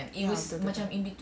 ya betul betul betul